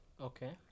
Okay